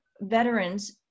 veterans